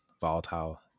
volatile